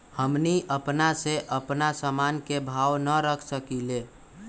हमनी अपना से अपना सामन के भाव न रख सकींले?